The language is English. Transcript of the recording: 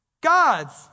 God's